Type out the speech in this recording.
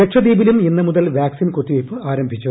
ലക്ഷദ്വീപിലും ഇന്ന് മുതൽ വാക്സിൻ കൂത്തിവയ്പ് ആരംഭിച്ചു